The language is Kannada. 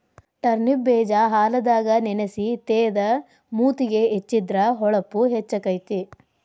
ಟರ್ನಿಪ್ ಬೇಜಾ ಹಾಲದಾಗ ನೆನಸಿ ತೇದ ಮೂತಿಗೆ ಹೆಚ್ಚಿದ್ರ ಹೊಳಪು ಹೆಚ್ಚಕೈತಿ